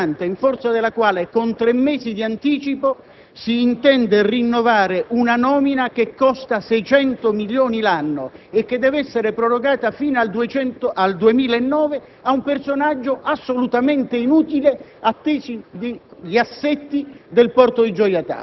all'Assemblea è la ragione sconcertante in forza della quale, con tre mesi di anticipo, si intende rinnovare una nomina che costa 600 milioni di euro l'anno e che dev'essere prorogata fino al 2009 a un personaggio assolutamente inutile,